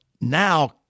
now